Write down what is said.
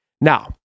Now